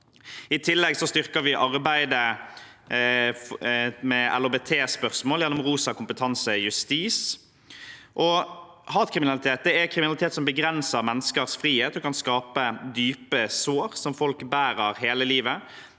I tillegg styrker vi arbeidet med LHBT-spørsmål gjennom Rosa kompetanse justis. Hatkriminalitet er kriminalitet som begrenser menneskers frihet, og kan skape dype sår som folk bærer hele livet.